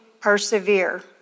persevere